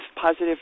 positive